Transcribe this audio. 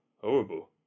horrible